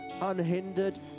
unhindered